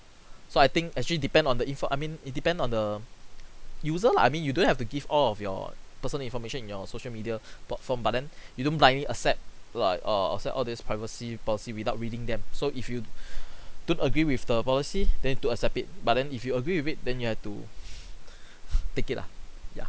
so I think actually depend on the info I mean it depend on the user lah I mean you don't have to give all of your personal information in your social media platform but then you don't blindly accept like err accept all this privacy policy without reading them so if you don't agree with the policy then don't accept it but then if you agree with it then you have to take it lah yeah